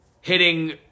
hitting